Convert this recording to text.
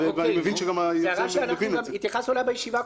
זו הערה שהתייחסנו אליה גם בישיבה הקודמת.